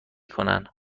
کنن